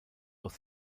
aus